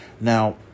Now